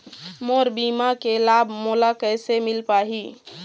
मोर बीमा के लाभ मोला कैसे मिल पाही?